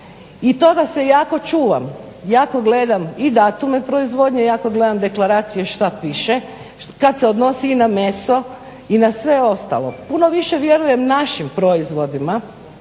i toga se jako čuvam, jako gledam i datume proizvodnje, jako gledam deklaracije šta piše, kad se odnosi i na meso i na sve ostalo. Puno više vjerujem našim proizvodima